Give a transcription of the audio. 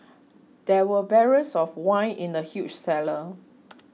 there were barrels of wine in the huge cellar